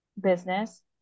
business